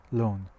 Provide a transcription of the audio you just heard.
loan